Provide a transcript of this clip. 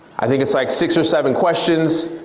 i think it's like six or seven questions.